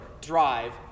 drive